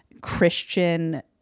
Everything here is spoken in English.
Christian